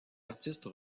artiste